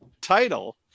title